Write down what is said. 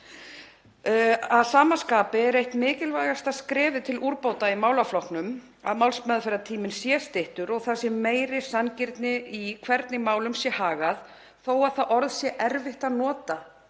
Að sama skapi er eitt mikilvægasta skrefið til úrbóta í málaflokknum að málsmeðferðartíminn sé styttur og það sé meiri sanngirni í hvernig málum sé hagað þó að það orð sé erfitt að nota